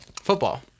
football